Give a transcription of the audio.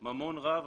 ממון רב.